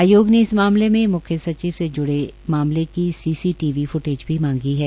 आयोग ने इस मामले में मुख्यसचिव से जुड़े मामले की सीसीटीवी फ्टेज भी मांगी है